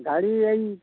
গাড়ি এই